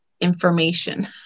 information